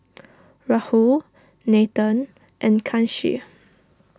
Rahul Nathan and Kanshi